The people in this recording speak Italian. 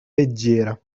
leggera